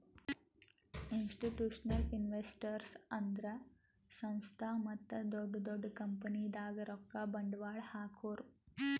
institutional investors ಅಂದ್ರ ಸಂಸ್ಥಾ ಮತ್ತ್ ದೊಡ್ಡ್ ದೊಡ್ಡ್ ಕಂಪನಿದಾಗ್ ರೊಕ್ಕ ಬಂಡ್ವಾಳ್ ಹಾಕೋರು